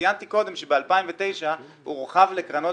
ציינתי קודם שב-2009 הוא הורחב לקרנות